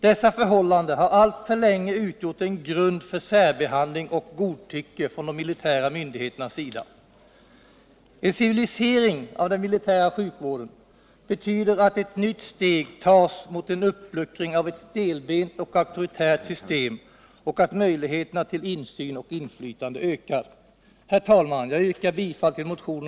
Dessa förhållanden har alltför länge utgjort en grund för särbehandling och godtycke från de militära myndigheternas sida. En ”civilisering” av den militära sjukvården betyder att ett nytt steg tas mot en uppluckring av ett stelbent och auktoritärt system och att möjligheterna till insyn och inflytande ökar.